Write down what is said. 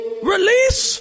Release